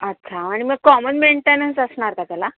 अच्छा आणि मग कॉमन मेंटेनन्स असणार का त्याला